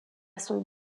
son